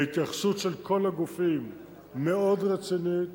ההתייחסות של כל הגופים מאוד רצינית,